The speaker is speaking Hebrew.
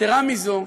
יתרה מזו,